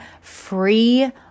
free